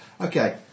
Okay